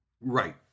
Right